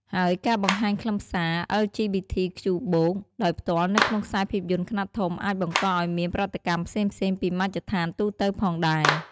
ហើយការបង្ហាញខ្លឹមសារ អិល ជី ប៊ី ធី ខ្ជូ បូក (LGBTQ+)ដោយផ្ទាល់នៅក្នុងខ្សែភាពយន្តខ្នាតធំអាចបង្កឲ្យមានប្រតិកម្មផ្សេងៗពីមជ្ឈដ្ឋានទូទៅផងដែរ។